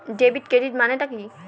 Debit ক্রেডিটের মানে টা কি?